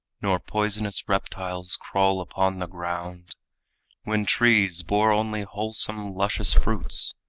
nor poisonous reptiles crawl upon the ground when trees bore only wholesome, luscious fruits,